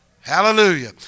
Hallelujah